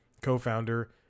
Co-founder